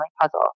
puzzle